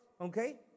Okay